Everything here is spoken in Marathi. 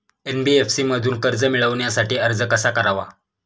एन.बी.एफ.सी मधून कर्ज मिळवण्यासाठी अर्ज कसा करावा?